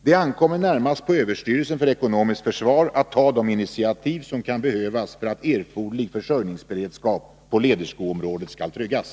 Det ankommer närmast på överstyrelsen för ekonomiskt försvar att ta de initiativ som kan behövas för att erforderlig försörjningsberedskap på läderskoområdet skall tryggas.